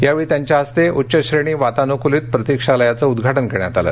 यावेळी यांच्या हस्ते उच्च श्रेणी वातानुकुलीत प्रतिक्षालयाचे उद्घाटन करण्यात आलं